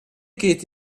geht